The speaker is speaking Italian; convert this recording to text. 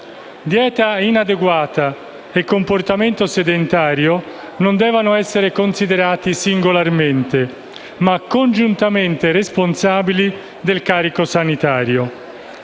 Dieta inadeguata e comportamento sedentario non devono essere considerati singolarmente, ma congiuntamente responsabili del carico sanitario.